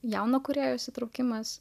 jauno kūrėjo įsitraukimas